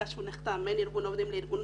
שהוא נחתם בין ארגון עובדים לארגון מעסיקים,